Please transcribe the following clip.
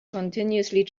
continuously